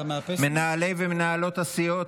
מנהלי ומנהלות הסיעות,